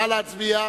נא להצביע.